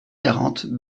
quarante